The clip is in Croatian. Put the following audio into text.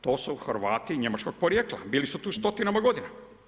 To su Hrvati njemačkog porijekla, bili su tu stotinama godina.